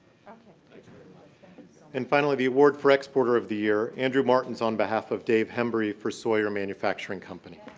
like and finally, the award for exporter of the year, andrew martins on behalf of dave hembree for sawyer manufacturing company.